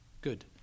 good